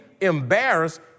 embarrassed